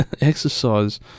exercise